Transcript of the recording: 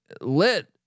lit